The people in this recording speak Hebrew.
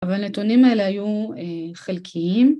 אבל הנתונים האלה היו חלקיים.